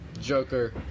Joker